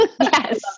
yes